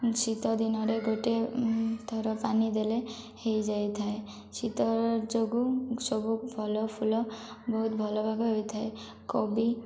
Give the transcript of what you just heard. ଶୀତ ଦିନରେ ଗୋଟିଏ ଥର ପାଣି ଦେଲେ ହୋଇଯାଇଥାଏ ଶୀତ ଯୋଗୁଁ ସବୁ ଫଳ ଫୁଲ ବହୁତ ଭଲ ଭାବ ହୋଇଥାଏ କବି